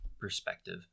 perspective